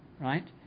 Right